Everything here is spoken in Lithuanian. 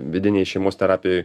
vidinėj šeimos terapijoj